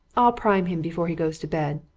i'll prime him before he goes to bed.